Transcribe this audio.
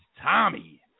tommy